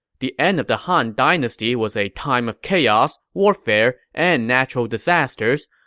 the end of the han dynasty was a time of chaos, warfare, and natural disasters,